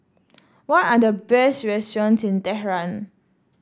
what are the best restaurants in Tehran